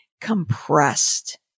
compressed